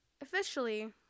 officially